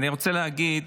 אני רוצה להגיד